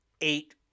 eight